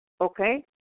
Okay